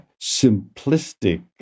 simplistic